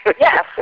Yes